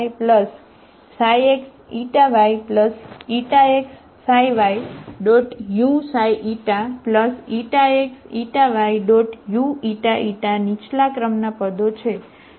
તે જોવું મુશ્કેલ નથી બરાબર